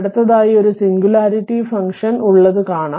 അടുത്തതായി ഒരു singularity function ഉള്ളത് കാണാം